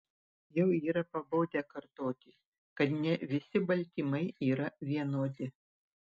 jau yra pabodę kartoti kad ne visi baltymai yra vienodi